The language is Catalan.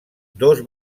dos